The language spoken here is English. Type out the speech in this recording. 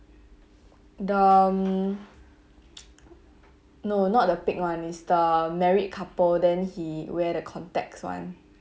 the no not the pig one is the married couple then he wear the contacts one